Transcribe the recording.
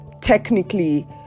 Technically